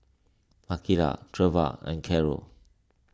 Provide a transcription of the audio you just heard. Makaila Treva and Carol